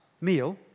meal